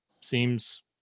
seems